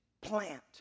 Plant